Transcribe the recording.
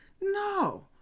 No